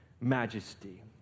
majesty